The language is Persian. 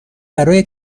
برای